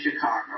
Chicago